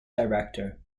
director